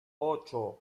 ocho